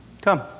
Come